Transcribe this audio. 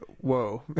whoa